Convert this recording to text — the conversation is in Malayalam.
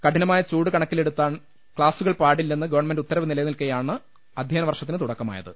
കഠിനമായ ചൂട് കണക്കിലെടുത്ത് ക്ലാസുകൾ പാടില്ലെന്ന് ഗവൺമെന്റ് ഉത്തരവ് നിലനിൽക്കെയാണ് അധ്യയനവർഷത്തിന് തുടക്കമായത്